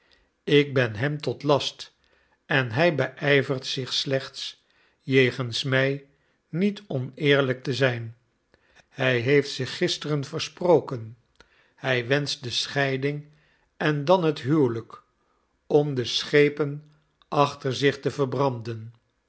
ik ben hem tot last en hij beijvert zich slechts jegens mij niet oneerlijk te zijn hij heeft zich gisteren versproken hij wenscht de scheiding en dan het huwelijk om de schepen achter zich te verbranden